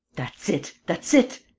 that's it! that's it!